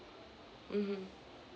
mmhmm